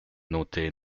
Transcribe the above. notés